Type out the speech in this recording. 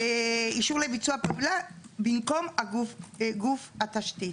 אישור לביצוע פעולה במקום גוף התשתית.